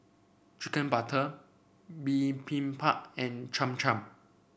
Chicken Butter Bibimbap and Cham Cham